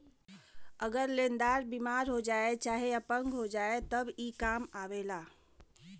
अगर लेन्दार बिमार हो जाए चाहे अपंग हो जाए तब ई कां आवेला